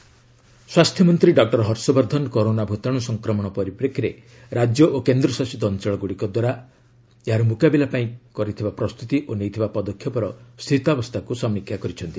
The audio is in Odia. ହର୍ଷବର୍ଦ୍ଧନ କୋଭିଡ ନାଇଣ୍ଟିନ୍ ସ୍ୱାସ୍ଥ୍ୟମନ୍ତ୍ରୀ ଡକ୍ଟର ହର୍ଷବର୍ଦ୍ଧନ କରୋନା ଭୂତାଣୁ ସଂକ୍ରମଣ ପରିପ୍ରେକ୍ଷୀରେ ରାଜ୍ୟ ଓ କେନ୍ଦ୍ରଶାସିତ ଅଞ୍ଚଳ ଗୁଡ଼ିକ ଦ୍ୱାରା ଏହାକର ମୁକାବିଲା ପାଇଁ କରିଥିବା ପ୍ରସ୍ତୁତି ଓ ନେଇଥିବା ପଦକ୍ଷେପର ସ୍ଥିତାବସ୍ଥାକୁ ସମୀକ୍ଷା କରିଛନ୍ତି